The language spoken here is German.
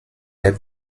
der